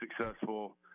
successful